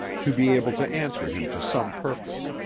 to be able to answer him to some purpose,